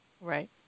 Right